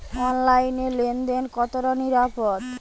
অনলাইনে লেন দেন কতটা নিরাপদ?